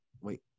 wait